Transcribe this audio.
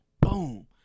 boom